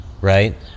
right